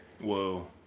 Whoa